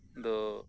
ᱫᱚ